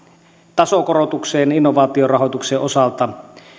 tasokorotukseen innovaatiorahoituksen osalta